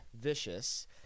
vicious